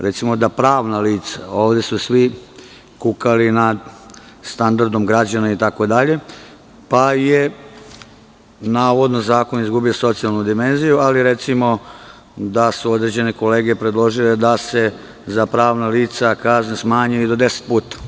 Recimo, da pravna lica, a ovde su svi kukali nad standardom građana itd, pa je, navodno, zakon izgubio socijalnu dimenziju, ali su određene kolege predložile da se za pravna lica kazne smanjuju i do deset puta.